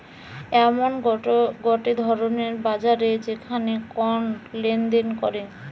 এমন গটে ধরণের বাজার যেখানে কন্ড লেনদেন করে